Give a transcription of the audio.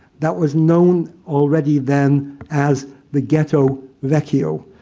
that was known already then as the ghetto vecchio.